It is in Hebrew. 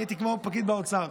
נהייתי כמו פקיד באוצר.